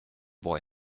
boy